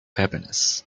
happiness